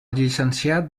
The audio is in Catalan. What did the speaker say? llicenciat